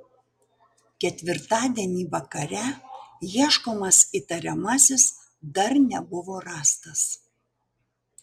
ketvirtadienį vakare ieškomas įtariamasis dar nebuvo rastas